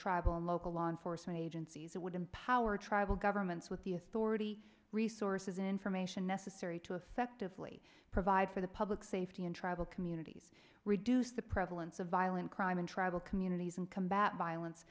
tribal and local law enforcement agencies that would empower tribal governments with the authority resources information necessary to affectively provide for the public safety in tribal communities reduce the prevalence of violent crime in tribal communities and combat violence